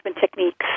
techniques